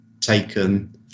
taken